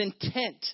intent